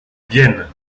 vienne